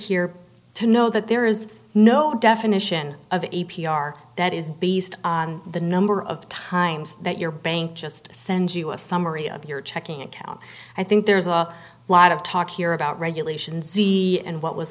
here to know that there is no definition of a p r that is based on the number of times that your bank just sends you a summary of your checking account i think there's a lot of talk here about regulation z and what was